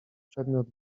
przedmiot